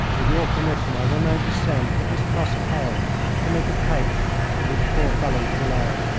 with your permission i will now descend with this truss of hay to make a couch for these poor fellows below.